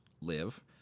live